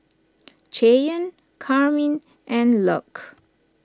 Cheyanne Carmine and Luc